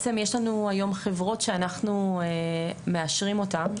יש לנו היום חברות שאנחנו מאשרים אותן.